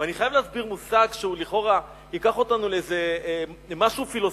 אני חייב להסביר מושג שלכאורה ייקח אותנו למשהו פילוסופי.